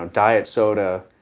diet soda,